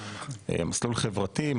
מסלול חברתי,